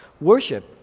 Worship